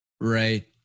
Right